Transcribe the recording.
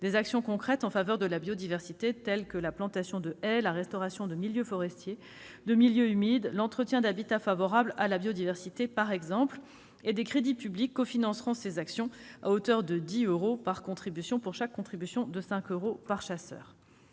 des actions concrètes en faveur de la biodiversité, comme la plantation de haies, la restauration de milieux forestiers et de milieux humides, l'entretien d'habitats favorables à la biodiversité. Des crédits publics cofinanceront ces actions à hauteur de 10 euros pour 5 euros de contribution par chasseur.